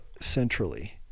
centrally